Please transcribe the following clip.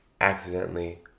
accidentally